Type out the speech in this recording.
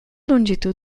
longitud